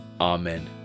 Amen